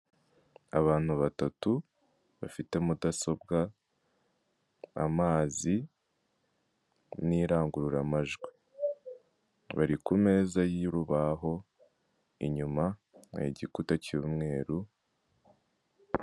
Abantu batatu bafite mudasobwa amazi n'irangururamajwi bari kumeza y'rubaho inyuma ni igikuta cy'umweru.